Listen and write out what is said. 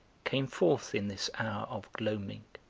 came forth in this hour of gloaming,